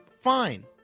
Fine